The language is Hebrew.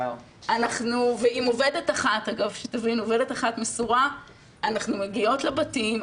עם עובדת אחת מסורה אנחנו מגיעות לבתים,